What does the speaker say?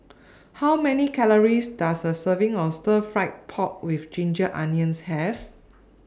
How Many Calories Does A Serving of Stir Fried Pork with Ginger Onions Have